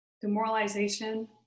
demoralization